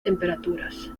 temperaturas